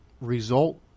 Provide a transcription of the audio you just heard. result